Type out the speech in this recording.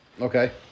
Okay